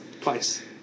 Twice